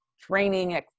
training